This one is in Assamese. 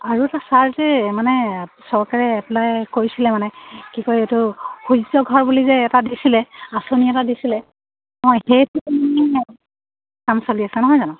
আৰু এটা ছাৰ যে মানে চৰকাৰে এপ্লাই কৰিছিলে মানে কি কয় এইটো সূৰ্য ঘৰ বুলি যে এটা দিছিলে আঁচনি এটা দিছিলে অঁ সেইটো কাম চলি আছে নহয় জানো